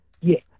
Yes